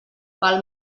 pel